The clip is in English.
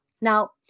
Now